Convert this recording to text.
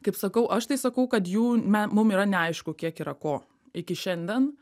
kaip sakau aš tai sakau kad jų me mum yra neaišku kiek yra ko iki šiandien